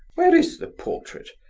where is the portrait?